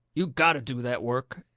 you gotto do that work.